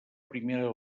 primera